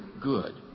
good